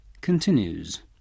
continues